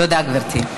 תודה, גברתי.